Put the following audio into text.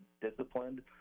disciplined